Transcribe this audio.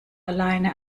alleine